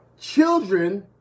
children